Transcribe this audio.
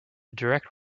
direct